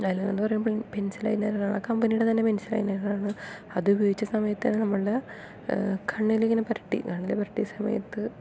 I liner എന്ന് പറയുമ്പോൾ pencil eyeliner ആണ് ആ കമ്പനിയുടെ തന്നെ പെൻസിൽ ഐ ലൈനർ ആണ് അത് ഉപയോഗിച്ച സമയത്ത് തന്നെ നമ്മുടെ കണ്ണിലിങ്ങനെ പുരട്ടി കണ്ണില് പുരട്ടിയ സമയത്ത്